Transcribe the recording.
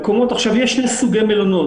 יש שני סוגי מלונות,